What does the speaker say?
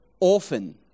orphan